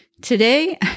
Today